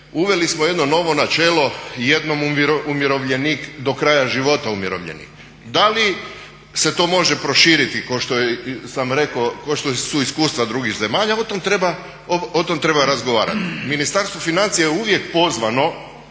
uveli smo jedno novo načelo jednom umirovljenik, do kraja života umirovljenik. Da li se to može proširiti kao što sam rekao, kao što su iskustva drugih zemalja o tome treba razgovarati. Ministarstvo financija je uvijek pozvano